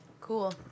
Cool